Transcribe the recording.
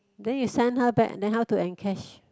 then you send her back then how to en cash